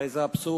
הרי זה אבסורד.